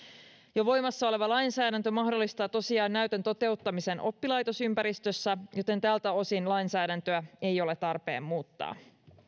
jo voimassa oleva lainsäädäntö mahdollistaa tosiaan näytön toteuttamisen oppilaitosympäristössä joten tältä osin lainsäädäntöä ei ole tarpeen muuttaa